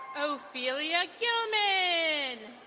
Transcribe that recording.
ophelia gilman.